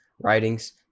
writings